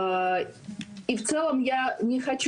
וכאמור,